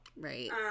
Right